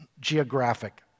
geographic